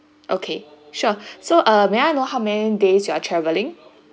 okay sure so uh may I know how many days you are travelling